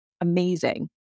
amazing